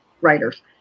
writers